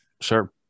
sure